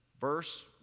verse